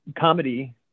Comedy